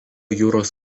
jūros